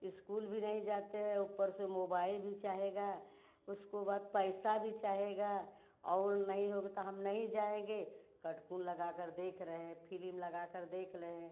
school भी नहीं जाते हैं ऊपर से मोबाइल भी चाहेगा उसको बाद पैसा भी चाहेगा और नहीं होगा तो हम नहीं जाएँगे कटकून लगाकर देख रहे हैं फिलिम लगाकर देख रहे हैं